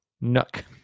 nook